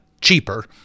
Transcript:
cheaper